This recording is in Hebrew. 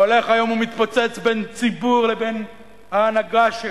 שהולך היום ומתפוצץ בין הציבור לבין ההנהגה שלו,